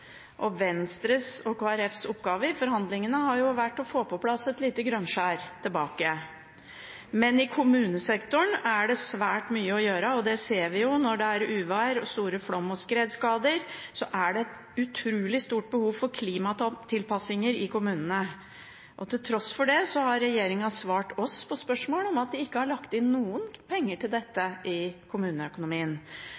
opp. Venstres og Kristelig Folkepartis oppgaver i forhandlingene har vært å få et lite grønnskjær tilbake. Men i kommunesektoren er det svært mye å gjøre, og det ser vi jo. Når det er uvær og store flom- og skredskader, er det et utrolig stort behov for klimatilpasninger i kommunene. Til tross for det har regjeringen svart oss på spørsmål at de ikke har lagt inn noen penger til dette